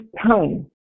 time